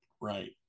right